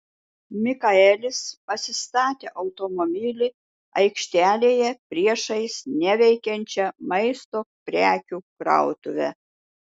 mikaelis pasistatė automobilį aikštelėje priešais neveikiančią maisto prekių krautuvę